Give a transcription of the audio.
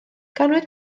ganwyd